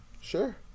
Sure